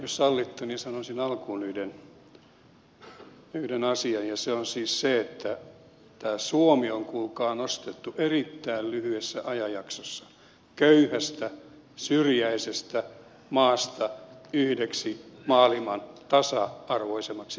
jos sallitte niin sanoisin alkuun yhden asian ja se on siis se että tämä suomi on kuulkaa nostettu erittäin lyhyessä ajanjaksossa köyhästä syrjäisestä maasta yhdeksi maailman tasa arvoisimmaksi yhteiskunnaksi